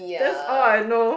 that's all I know